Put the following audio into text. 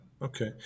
Okay